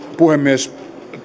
puhemies